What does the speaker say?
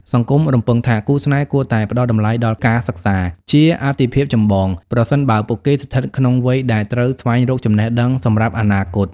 សង្គមរំពឹងថា គូស្នេហ៍គួរតែ "ផ្ដល់តម្លៃដល់ការសិក្សា" ជាអាទិភាពចម្បង ប្រសិនបើពួកគេស្ថិតក្នុងវ័យដែលត្រូវស្វែងរកចំណេះដឹងសម្រាប់អនាគត។